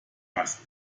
dass